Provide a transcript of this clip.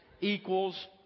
equals